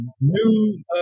new